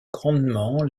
grandement